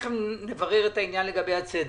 תכף נברר את העניין לגבי הצדק.